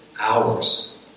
hours